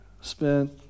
spent